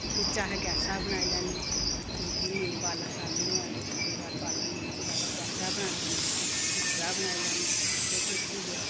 बिच अहें गैसा पर बनाई लैने तकरीबन नेईं बालन शालन होवै ते केईं बार बालन नेईं होंदा ते गैसा पर बनानी पौंदी हीटरा 'र बनाई लैने जे जिस चीज